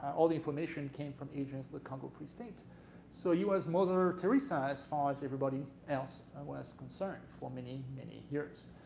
all the information came from agents of the congo free state so he was mother teresa as far as everybody was concerned for many many years.